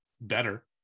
better